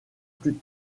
plus